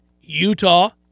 Utah